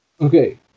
Okay